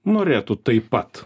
norėtų taip pat